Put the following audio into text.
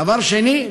דבר שני,